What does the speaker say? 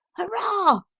hurrah!